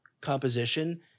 composition